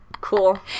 Cool